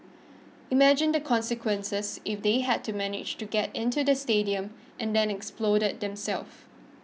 imagine the consequences if they had managed to get into the stadium and then exploded themselves